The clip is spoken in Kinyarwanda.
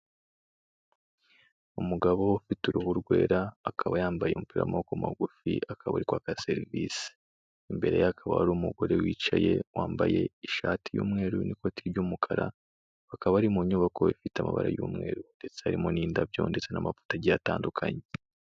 Umugabo ufite uruhu rwera akaba yambaye umupira w'amaboko magufi akaburikwaka serivisi, imbere ye hakaba hari umugore wicaye wambaye ishati y'umweru n'ikoti ry'umukara bakaba bari mu nyubako ifite amabara y'umweru, ndetse harimo n'indabyo ndetse n'amavuta agiye atandukanye.